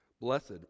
Blessed